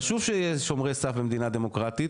חשוב שיהיה שומרי סף במדינה דמוקרטית,